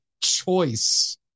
choice